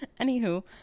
Anywho